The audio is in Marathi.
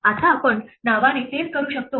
आता आपण नावाने तेच करू शकतो